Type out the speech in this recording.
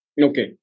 Okay